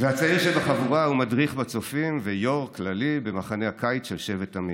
והצעיר שבחבורה הוא מדריך בצופים ויו"ר כללי במחנה הקיץ של שבט "תמיד".